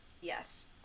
Yes